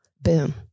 Boom